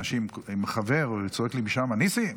אם חבר צועק לי משם "ניסים",